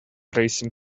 racing